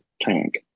tank